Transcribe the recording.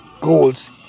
Goals